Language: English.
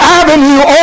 avenue